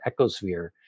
ecosphere